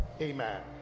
Amen